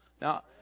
Now